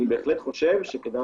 אני בהחלט חושב שכדאי